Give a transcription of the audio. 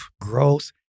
growth